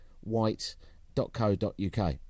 White.co.uk